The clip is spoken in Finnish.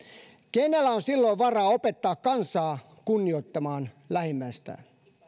kenellä on silloin varaa opettaa kansaa kunnioittamaan lähimmäistään